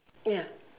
ya